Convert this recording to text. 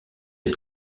est